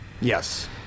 Yes